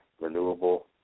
renewable